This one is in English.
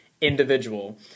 individual